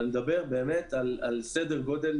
אני מדבר באמת על סדר גודל,